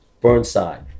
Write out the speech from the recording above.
Burnside